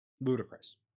Ludicrous